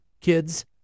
kids